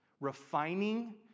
Refining